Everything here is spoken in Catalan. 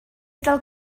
del